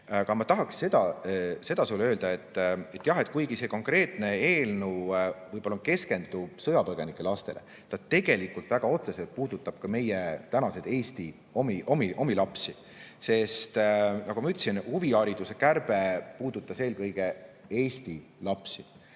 ole. Aga ma tahaksin seda sulle öelda, et jah, kuigi see konkreetne eelnõu võib-olla keskendub sõjapõgenike lastele, siis ta tegelikult väga otseselt puudutab ka meie tänaseid Eesti, omi lapsi. Nagu ma ütlesin, huvihariduse kärbe puudutas eelkõige Eesti lapsi.